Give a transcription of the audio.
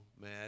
mad